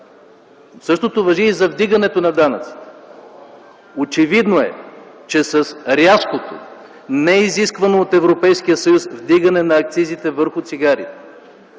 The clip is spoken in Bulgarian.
Същото важи и за вдигането на данъците. Очевидно е, че с рязкото неизисквано от Европейския съюз вдигане на акцизите върху цигарите,